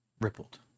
rippled